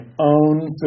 own